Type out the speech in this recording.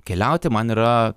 keliauti man yra